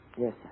Yes